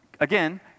Again